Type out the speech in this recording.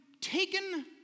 taken